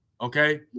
Okay